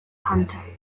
hunter